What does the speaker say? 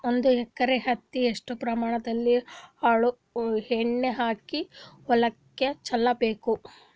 ಒಂದು ಎಕರೆ ಹತ್ತಿ ಎಷ್ಟು ಪ್ರಮಾಣದಲ್ಲಿ ಹುಳ ಎಣ್ಣೆ ಹಾಕಿ ಹೊಲಕ್ಕೆ ಚಲಬೇಕು?